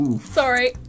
Sorry